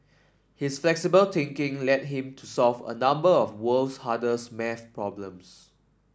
his flexible thinking led him to solve a number of world's hardest maths problems